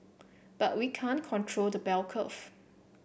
but we can't control the bell curve